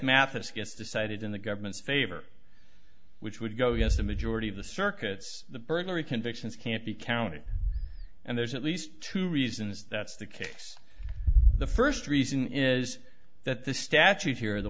matheson gets decided in the government's favor which would go against the majority of the circuits the burglary convictions can't be counted and there's at least two reasons that's the case the first reason is that the statute here the